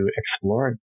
explore